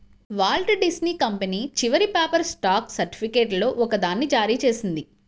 Walt Disney company చివరి paper stock సర్టిఫికేట్లలో ఒకదాన్ని జారీ చేసింది